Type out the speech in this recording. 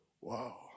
Wow